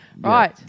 Right